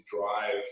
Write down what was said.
drive